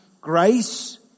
grace